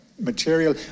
material